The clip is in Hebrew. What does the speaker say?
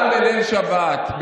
גם בליל שבת,